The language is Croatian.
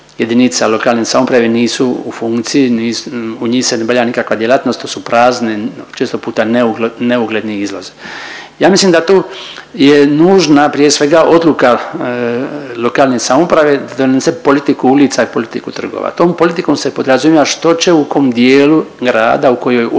jedinica lokalne samouprave nisu u funkciji u njih se ne obavlja nikakva djelatnost, to su prazne često puta neugledni izlaz. Ja mislim da tu je nužna prije svega odluka lokalne samouprave da donese politiku ulica i politiku trgova. Tom politikom se podrazumijeva što će u kom dijelu grada u kojoj ulici,